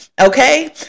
Okay